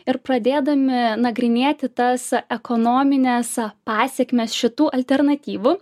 ir pradėdami nagrinėti tas ekonomines pasekmes šitų alternatyvų